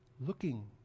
looking